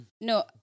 No